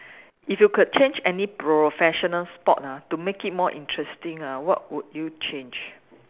if you could change any professional sport ah to make it more interesting ah what would you change